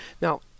Now